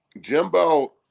Jimbo